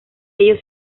ellos